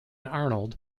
arnold